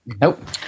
Nope